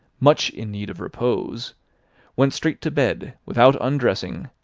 much in need of repose went straight to bed, without undressing,